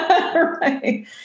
Right